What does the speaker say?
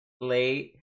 late